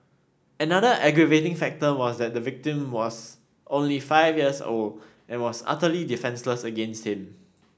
another aggravating factor was that the victim was only five years old and was utterly defenceless against him